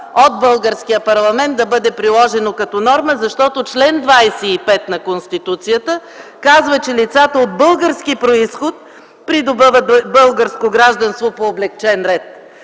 от българския парламент да бъде приложено като норма, защото чл. 25 на Конституцията казва, че лицата от български произход придобиват българско гражданство по облекчен ред.